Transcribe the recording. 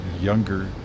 younger